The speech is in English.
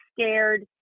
scared